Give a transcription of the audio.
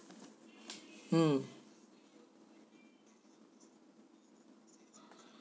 mm